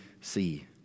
see